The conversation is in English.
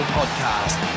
podcast